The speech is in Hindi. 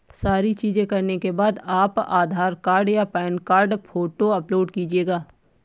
सारी चीजें करने के बाद आप आधार कार्ड या पैन कार्ड फोटो अपलोड कीजिएगा